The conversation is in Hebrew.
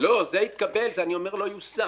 לא, זה התקבל אבל לא יושם.